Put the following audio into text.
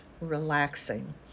relaxing